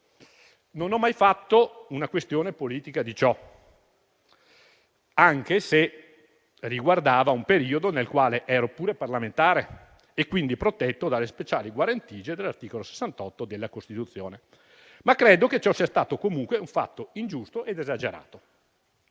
Non ho mai fatto una questione politica di ciò, anche se riguardava un periodo nel quale ero pure parlamentare e quindi protetto dalle speciali guarentigie dell'articolo 68 della Costituzione, ma credo che ciò sia stato comunque un fatto ingiusto ed esagerato.